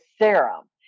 serum